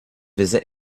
visit